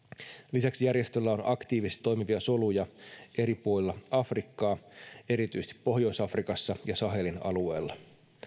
lisäksi järjestöllä on aktiivisesti toimivia soluja eri puolilla afrikkaa erityisesti pohjois afrikassa ja sahelin alueella